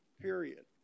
period